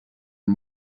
and